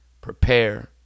Prepare